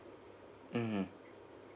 mmhmm